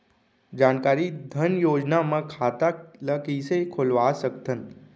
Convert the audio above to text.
जानकारी धन योजना म खाता ल कइसे खोलवा सकथन?